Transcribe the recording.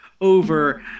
over